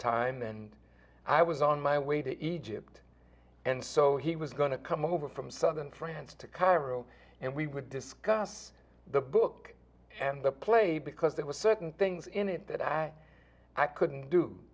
time and i was on my way to egypt and so he was going to come over from southern france to cairo and we would discuss the book and the play because there were certain things in it that i i couldn't do